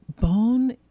bone